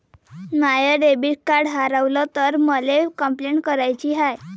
माय debit card हारवल तर मले कंपलेंट कराची हाय